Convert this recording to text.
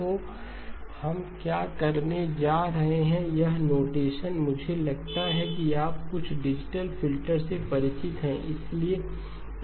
तो हम क्या करने जा रहे हैं यह नोटेशन मुझे लगता है कि आप कुछ डिजिटल फिल्टर से परिचित हैं